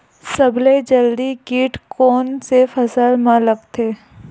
सबले जल्दी कीट कोन से फसल मा लगथे?